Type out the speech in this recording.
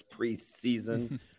preseason